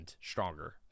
stronger